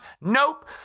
Nope